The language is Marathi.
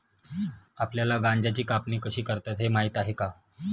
आपल्याला गांजाची कापणी कशी करतात हे माहीत आहे का?